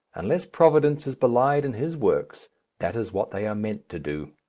unless providence is belied in his works that is what they are meant to do.